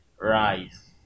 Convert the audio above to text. rice